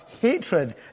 hatred